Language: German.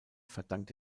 verdankt